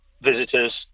visitors